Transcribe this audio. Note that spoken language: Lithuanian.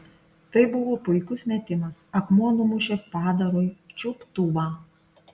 tai buvo puikus metimas akmuo numušė padarui čiuptuvą